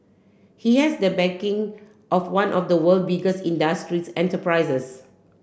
he has the backing of one of the world biggest industrial enterprises